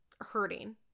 hurting